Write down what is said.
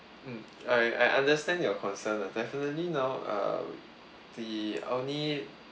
mm I I understand your concern lah definitely now err the only